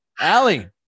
Allie